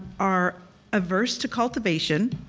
are averse to cultivation,